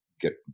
get